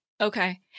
Okay